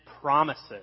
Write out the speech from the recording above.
promises